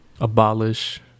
Abolish